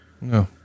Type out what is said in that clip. No